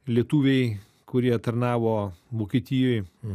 lietuviai kurie tarnavo vokietijoj